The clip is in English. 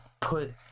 put